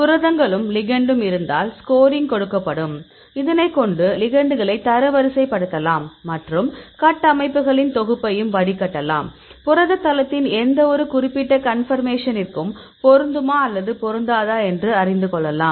புரதங்களும் லிகெண்டும் இருந்தால் ஸ்கோரிங் கொடுக்கப்படும் இதனை கொண்டு லிகெண்டுகளை தரவரிசைப்படுத்தலாம் மற்றும் கட்டமைப்புகளின் தொகுப்பையும் வடிகட்டலாம் புரத தளத்தின் எந்தவொரு குறிப்பிட்ட கன்பர்மேஷனிற்கும் பொருந்துமா அல்லது பொருந்தாதா என்று அறிந்து கொள்ளலாம்